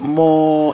more